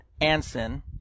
Anson